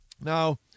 Now